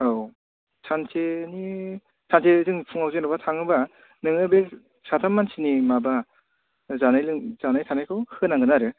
औ सानसेनि सानसे जों फुङाव जेनबा थाङोबा नोङो बे साथाम मानसिनि माबा जानाय लों जानाय थानायखौ होनांगोन आरो